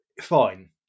Fine